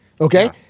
okay